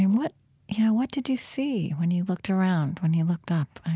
and what you know what did you see when you looked around, when you looked up?